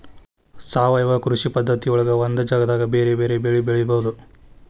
ಸಾವಯವ ಕೃಷಿ ಪದ್ಧತಿಯೊಳಗ ಒಂದ ಜಗದಾಗ ಬೇರೆ ಬೇರೆ ಬೆಳಿ ಬೆಳಿಬೊದು